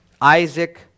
Isaac